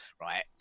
right